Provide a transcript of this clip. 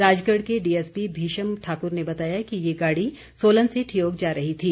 राजगढ़ के डीएसपी भीषम ठाकुर ने बताया है कि ये गाड़ी सोलन से ठियोग जा रही थी